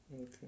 Okay